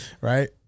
right